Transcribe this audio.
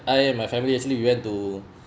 I and my family actually we went to